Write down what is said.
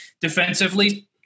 defensively